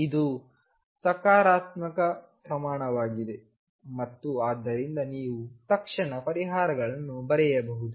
ಇದು ಸಕಾರಾತ್ಮಕ ಪ್ರಮಾಣವಾಗಿದೆ ಮತ್ತು ಆದ್ದರಿಂದ ನೀವು ತಕ್ಷಣ ಪರಿಹಾರಗಳನ್ನು ಬರೆಯಬಹುದು